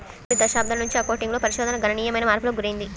కొన్ని దశాబ్దాల నుంచి అకౌంటింగ్ లో పరిశోధన గణనీయమైన మార్పులకు గురైంది